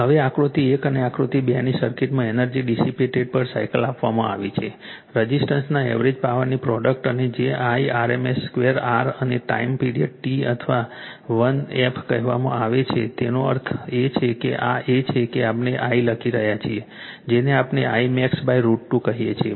હવે આકૃતિ 1 અને આકૃતિ 2 ની સર્કિટમાં એનર્જી ડિસીપેટેડ પર સાયકલ આપવામાં આવી છે રઝિસ્ટરના એવરેજ પાવરની પ્રોડક્ટ અને જે I rms2 r અને ટાઈમ પિરિયડ T અથવા 1 f કહેવામાં આવે છે તેનો અર્થ એ છે કે આ એ છે કે આપણે I લખી રહ્યા છીએ જેને આપણે Imax √2 કહીએ છીએ